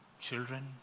children